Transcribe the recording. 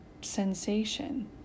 sensation